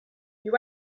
you